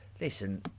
listen